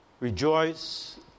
Rejoice